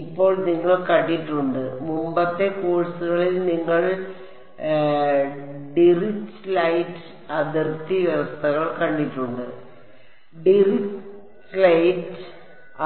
ഇപ്പോൾ നിങ്ങൾ കണ്ടിട്ടുണ്ട് മുമ്പത്തെ കോഴ്സുകളിൽ നിങ്ങൾ ഡിറിച്ച്ലെറ്റ് അതിർത്തി വ്യവസ്ഥകൾ കണ്ടിട്ടുണ്ട് ഡിറിച്ലെറ്റ്